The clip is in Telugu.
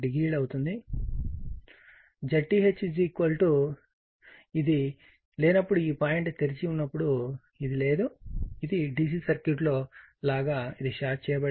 30 అవుతుంది ZTH ఇది లేనప్పుడు ఈ పాయింట్ తెరిచినప్పుడు ఇది లేదుఇది DC సర్క్యూట్ లో లాగా ఇది షార్ట్ చేయబడినది